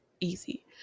easy